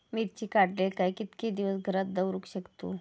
मिर्ची काडले काय कीतके दिवस घरात दवरुक शकतू?